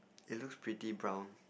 it looks pretty brown